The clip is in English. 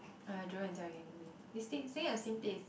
ah Jo and Jia-Yu can go in they stay in the same place